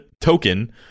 token